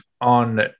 on